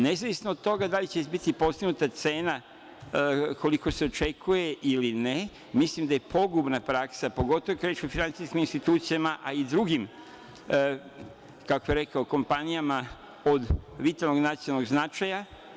Nezavisno od toga da li će biti postignuta cena koliko se očekuje ili ne, mislim da je pogubna praksa pogotovo u kreditno finansijski institucijama a i drugim, kako bih rekao kompanijama od vitalnog nacionalnog značaja.